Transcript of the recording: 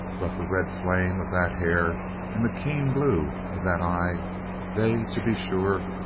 but the red flame of that hair and the keen blue of that eye they, to be sure,